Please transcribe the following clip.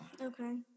okay